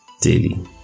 daily